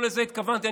לא לזה התכוונתי,